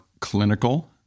clinical